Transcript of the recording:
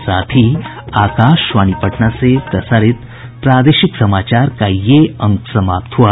इसके साथ ही आकाशवाणी पटना से प्रसारित प्रादेशिक समाचार का ये अंक समाप्त हुआ